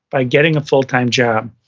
by getting a full-time job,